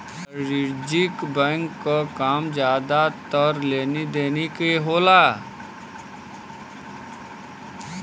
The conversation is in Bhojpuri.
वाणिज्यिक बैंक क काम जादातर लेनी देनी के होला